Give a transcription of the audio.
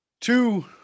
two